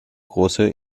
große